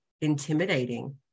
intimidating